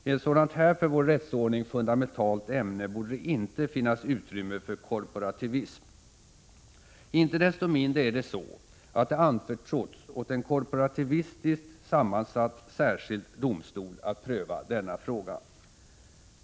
I ett sådant här för vår rättsordning fundamentalt ämne borde det icke finnas utrymme för korporativism. Inte desto mindre är det så, att det anförtrotts åt en korporativistiskt sammansatt särskild domstol att pröva denna fråga.